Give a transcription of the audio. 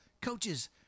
coaches